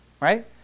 right